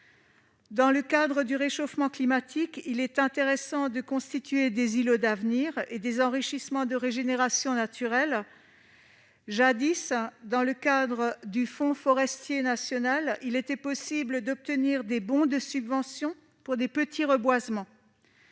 Dans le contexte du réchauffement climatique, il est intéressant de constituer des îlots d'avenir et des enrichissements de régénération naturelle. Jadis, dans le cadre du Fonds forestier national, il était possible d'obtenir des bons de subvention pour de petits reboisements.